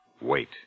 Wait